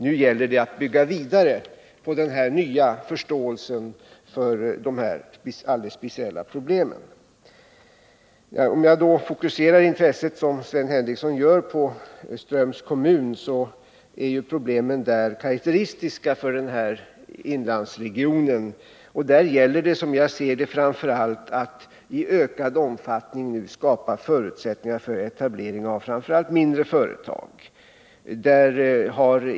Nu gäller det att bygga vidare på den nya förståelsen för dessa alldeles speciella problem. Om jag fokuserar intresset, liksom Sven Henricsson gör, på Ströms kommun, så är ju problemen där karakteristiska för den här inlandsregionen. Där gäller det, som jag ser det, framför allt att i ökad omfattning skapa förutsättningar för etablering av främst mindre företag.